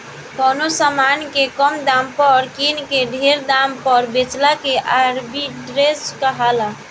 कवनो समान के कम दाम पर किन के ढेर दाम पर बेचला के आर्ब्रिट्रेज कहाला